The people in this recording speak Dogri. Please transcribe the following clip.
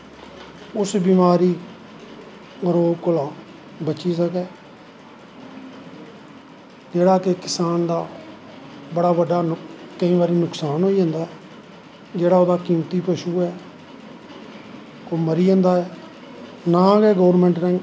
उस बमारी रोग कोला दा बची सकै जेह्ड़ा कि किसान दा बड़ा बड्डा कंई बारी नुकसान होई जंदा ऐ जेह्ड़ा ओह्दा कीमती पशु ऐ ओह् मरी जंदा ऐ नां गै गौरमैंट नैं